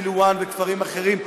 סלוואן וכפרים אחרים,